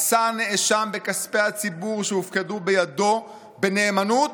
עשה הנאשם בכספי הציבור שהופקדו בידו בנאמנות